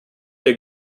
der